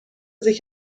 sich